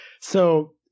So-